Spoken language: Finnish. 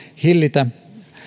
hillitä